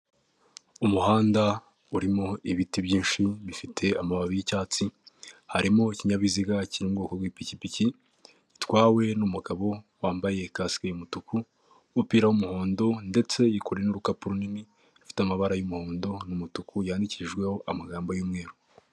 Umuhanda urimo ibiti byinshi bifite amababi y'icyatsi harimo ikinyabiziga kiri mu bwoko bw'ipikipiki gitwawe n'umugabo wambaye kasike y'umutuku n'umupira w'umuhondo ndetse yikoreye n'urukapu runini rufite amabara y'umuhondo n'umutuku yandikishijweho amagambo y'umweru.